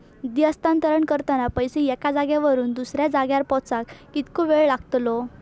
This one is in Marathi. निधी हस्तांतरण करताना पैसे एक्या जाग्यावरून दुसऱ्या जाग्यार पोचाक कितको वेळ लागतलो?